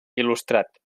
il·lustrat